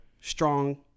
strong